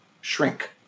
shrink